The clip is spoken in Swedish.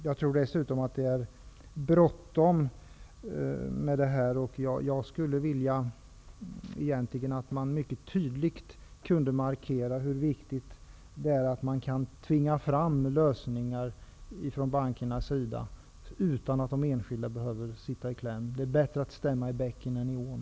Jag tror dessutom att det är bråttom, och jag skulle vilja att det mycket tydligt markerades hur viktigt det är att man kan tvinga fram lösningar från bankernas sida utan att de enskilda behöver sitta i kläm. Det är bättre att stämma i bäcken än i ån.